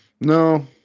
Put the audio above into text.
No